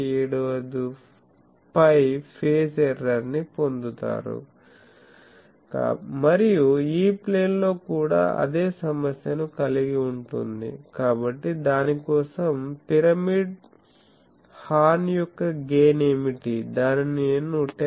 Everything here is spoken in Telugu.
75 π ఫేజ్ ఎర్రర్ ని పొందుతారు మరియు E ప్లేన్లో కూడా అదే సమస్య ను కలిగి ఉంటుంది కాబట్టి దాని కోసం పిరమిడ్ హార్న్ యొక్క గెయిన్ ఏమిటి దానిని నేను 10